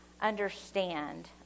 understand